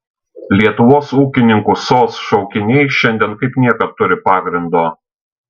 lietuvos ūkininkų sos šaukiniai šiandien kaip niekad turi pagrindo